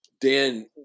Dan